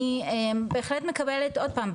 אני בהחלט מקבלת עוד פעם,